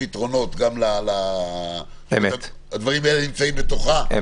גם הדברים האלה נמצאים בתוכה, ויש להם פתרונות?